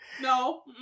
no